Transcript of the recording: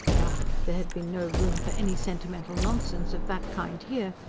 bah there had been no room for any sentimental nonsense of that kind here.